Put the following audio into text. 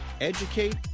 educate